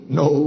no